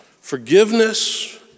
Forgiveness